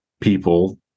people